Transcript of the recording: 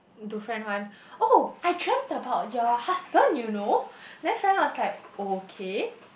to friend one oh I dreamt about your husband you know then friend one was like okay